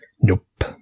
Nope